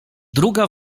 druga